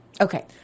Okay